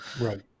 Right